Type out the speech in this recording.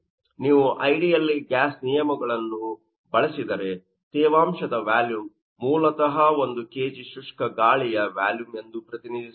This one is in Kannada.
ನೀವು ಐಡಿಯಲ್ ಗ್ಯಾಸ್ ನಿಯಮಗಳನ್ನು ಬಳಸಿದರೆ ತೇವಾಂಶದ ವ್ಯಾಲುಮ್ ಮೂಲತಃ ಒಂದು ಕೆಜಿ ಶುಷ್ಕ ಗಾಳಿಯ ವ್ಯಾಲುಮ್ ಎಂದು ಪ್ರತಿನಿಧಿಸಬಹುದು